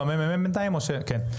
ברווחים